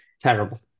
Terrible